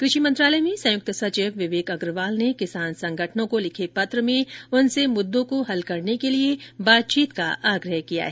कृषि मंत्रालय में संयुक्त सचिव विवेक अग्रवाल ने किसान संगठनों को लिखे पत्र में उनसे मुद्दों को हल करने के लिए बातचीत का आग्रह किया है